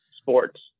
sports